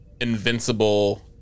invincible